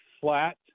flat